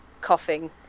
coughing